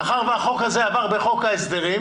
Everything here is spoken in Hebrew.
מאחר שהחוק הזה עבר בחוק ההסדרים